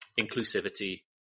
inclusivity